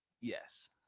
Yes